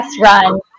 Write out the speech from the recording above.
run